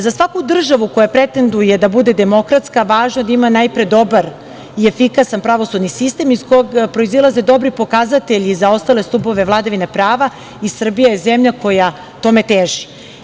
Za svaku državu koja pretenduje da bude demokratska, važno je da ima najpre dobar i efikasan pravosudni sistem, iz kog proizilaze dobri pokazatelji i za ostale stubove vladavine prava, i Srbija je zemlja koja tome teži.